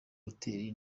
hoteli